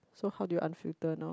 so how do you unfilter now